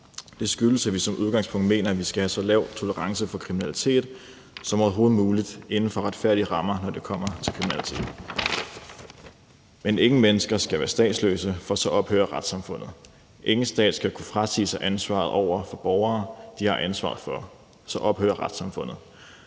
Det skyldes, at vi som udgangspunkt mener, at vi skal have en så lav tolerance over for kriminalitet som overhovedet muligt inden for retfærdige rammer, når det kommer til kriminaliteten. Men ingen mennesker skal være statsløse, for så ophører retssamfundet. Ingen stat skal kunne frasige sig ansvaret over for de borgere, de har ansvaret for, for så ophører retssamfundet,